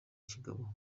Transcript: kigabo